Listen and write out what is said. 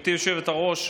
גברתי היושבת-ראש,